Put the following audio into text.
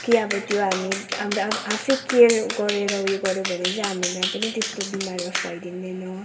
कि अब त्यो हामी आफैँ केयर गरेर उयो गऱ्यो भने हामीलाई पनि त्यस्तो बिमारहरू फैलिँदैन